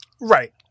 Right